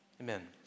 Amen